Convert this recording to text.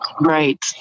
Right